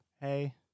Hey